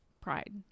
pride